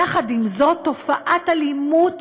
יחד עם זאת, תופעת האלימות,